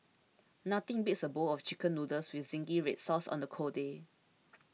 nothing beats a bowl of Chicken Noodles with Zingy Red Sauce on a cold day